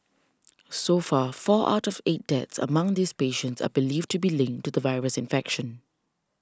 so far four out of eight deaths among these patients are believed to be linked to the virus infection